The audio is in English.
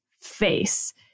face